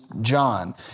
John